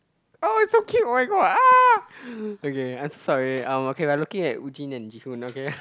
oh it's so cute oh-my-god !ah! okay I'm so sorry um okay we are looking at Wu jin and Ji hoon okay